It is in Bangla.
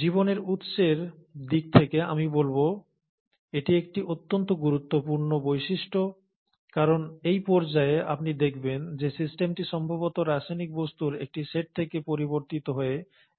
জীবনের উৎসের দিক থেকে আমি বলব এটি একটি অত্যন্ত গুরুত্বপূর্ণ বৈশিষ্ট্য কারণ এই পর্যায়ে আপনি দেখবেন যে সিস্টেমটি সম্ভবত রাসায়নিক বস্তুর একটি সেট থেকে পরিবর্তিত হয়ে